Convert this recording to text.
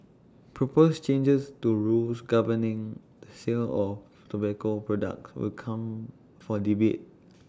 proposed changes to rules governing the sale of tobacco products will come for debate